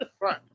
Right